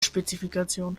spezifikation